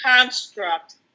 construct